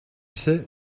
sais